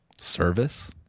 service